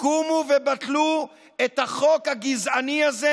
קומו ובטלו את החוק הגזעני הזה,